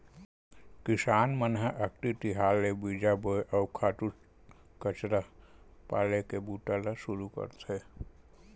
किसान मन ह अक्ति तिहार ले बीजा बोए, अउ खातू कचरा पाले के बूता ल सुरू करथे